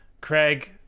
craig